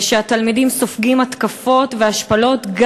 ותלמידים סופגים התקפות והשפלות,